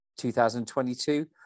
2022